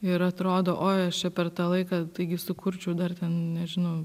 ir atrodo oi aš čia per tą laiką taigi sukurčiau dar nežinau